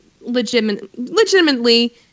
legitimately